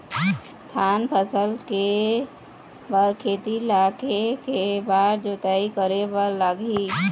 धान फसल के बर खेत ला के के बार जोताई करे बर लगही?